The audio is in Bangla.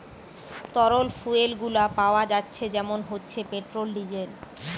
তরল ফুয়েল গুলো পাওয়া যাচ্ছে যেমন হচ্ছে পেট্রোল, ডিজেল